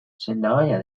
sendagaia